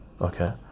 okay